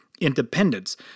independence